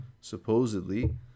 supposedly